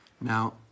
Now